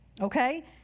Okay